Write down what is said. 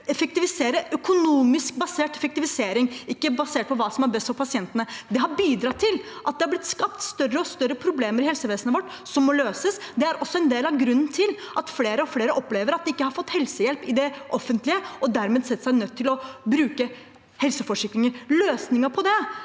økonomisk basert effektivisering, ikke basert på hva som er best for pasientene. Det har bidratt til at det er blitt skapt større og større problemer i helsevesenet vårt, som må løses. Det er også en del av grunnen til at flere og flere opplever at de ikke får helsehjelp i det offentlige, og dermed ser seg nødt til å bruke helseforsikringer. Løsningen på det